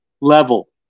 level